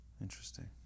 Interesting